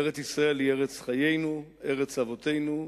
ארץ-ישראל היא ארץ חיינו, ארץ אבותינו.